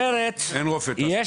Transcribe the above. אין רופא תעסוקתי בקהילה.